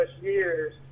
years